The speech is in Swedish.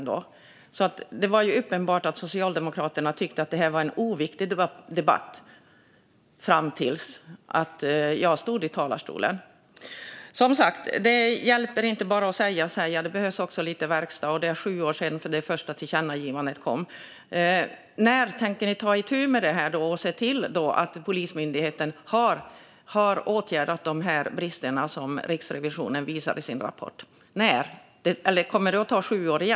Det är uppenbart att Socialdemokraterna tyckte att det här var en oviktig debatt fram till dess att jag stod i talarstolen. Det hjälper som sagt inte att bara säga och säga, utan det behövs också lite verkstad. Det är sju år sedan det första tillkännagivandet kom. När tänker ni ta itu med det här och se till att Polismyndigheten har åtgärdat bristerna som Riksrevisionen visar på i sin rapport? När? Kommer det att ta sju år till?